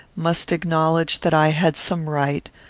must acknowledge that i had some right,